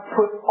put